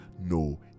no